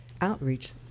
outreach